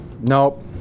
Nope